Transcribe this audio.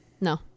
no